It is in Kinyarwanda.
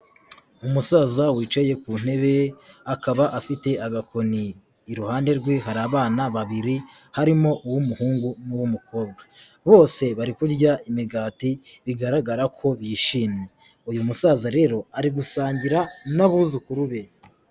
Umusaza wicaye ku ntebe akaba afite agakoni, iruhande rwe hari abana babiri harimo uw'umuhungu n'uw'umukobwa bose bari kurya imigati bigaragara ko bishimye, uyu musaza rero ari gusangira n'abuzukuru be.